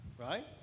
right